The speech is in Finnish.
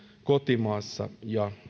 kotimassa ja